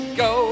go